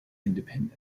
independent